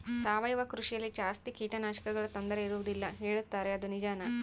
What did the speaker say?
ಸಾವಯವ ಕೃಷಿಯಲ್ಲಿ ಜಾಸ್ತಿ ಕೇಟನಾಶಕಗಳ ತೊಂದರೆ ಇರುವದಿಲ್ಲ ಹೇಳುತ್ತಾರೆ ಅದು ನಿಜಾನಾ?